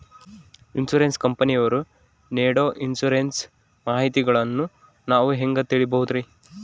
Insurance ಕಂಪನಿಯವರು ನೇಡೊ insurance ಮಾಹಿತಿಗಳನ್ನು ನಾವು ಹೆಂಗ ತಿಳಿಬಹುದ್ರಿ?